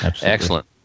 excellent